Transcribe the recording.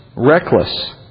Reckless